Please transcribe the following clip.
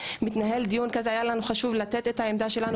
מתנהל דיון כזה - היה לנו חשוב לתת את העמדה שלנו